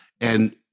And-